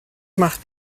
macht